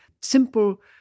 simple